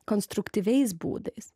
konstruktyviais būdais